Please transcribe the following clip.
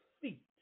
feet